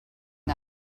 them